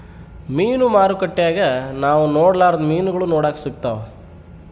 ಮೀನು ಮಾರುಕಟ್ಟೆಗ ನಾವು ನೊಡರ್ಲಾದ ಮೀನುಗಳು ನೋಡಕ ಸಿಕ್ತವಾ